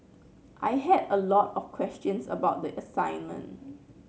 I had a lot of questions about the assignment